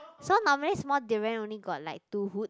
so normally small durian only got like two hoot